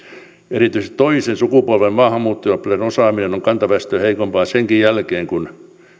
erityisesti toisen sukupolven maahanmuuttajaoppilaiden osaaminen on kantaväestöä heikompaa senkin jälkeen kun